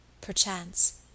perchance